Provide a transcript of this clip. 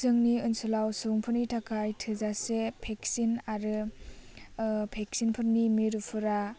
जोंनि ओनसोलाव सुबुंफोरनि थाखाय थोजासे भेक्सिन आरो भेक्सिनफोरनि मिरुफ्रा